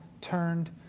turned